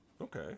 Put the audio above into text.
Okay